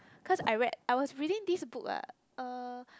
cause I read I was reading this book ah uh